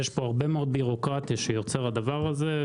יש פה הרבה מאד בירוקרטיה שיוצר הדבר הזה,